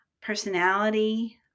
personality